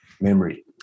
memory